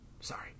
Sorry